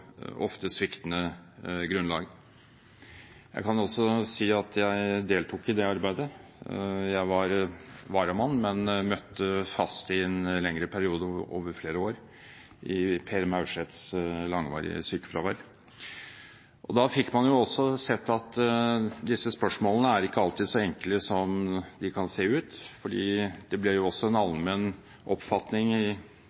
sviktende grunnlag. Jeg kan godt si at jeg deltok i det arbeidet. Jeg var varamann, men møtte fast i en lengre periode over flere år i Per Maurseths langvarige sykefravær. Da fikk man også sett at disse spørsmålene ikke alltid er så enkle som det kan se ut til, for det ble jo i offentligheten i kjølvannet av Lund-kommisjonen en